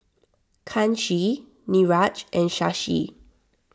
Kanshi Niraj and Shashi